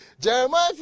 Jeremiah